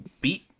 beat